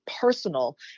personal